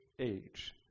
age